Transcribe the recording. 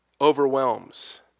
overwhelms